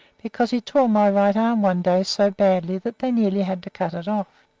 because he tore my right arm one day so badly that they nearly had to cut it off.